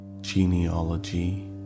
genealogy